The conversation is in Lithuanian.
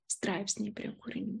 straipsniai prie kūrinių